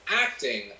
acting